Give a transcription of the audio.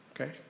Okay